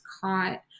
caught